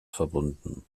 verbunden